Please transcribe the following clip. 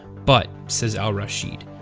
but, says al rasheed,